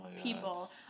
people